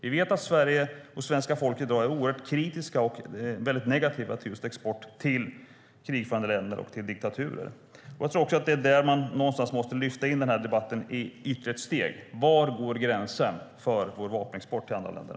Vi vet att svenska folket är kritiskt till export till krigförande länder och diktaturer. Vi måste lyfta debatten ytterligare ett steg och fråga: Var går gränsen för vår vapenexport till andra länder?